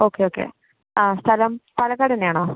okay okay ആ സ്ഥലം പാലക്കാട് തന്നെയാണോ